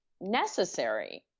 necessary